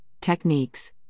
Techniques